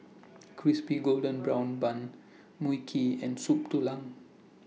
Crispy Golden Brown Bun Mui Kee and Soup Tulang